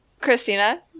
Christina